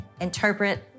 interpret